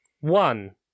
one